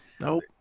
Nope